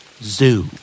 Zoo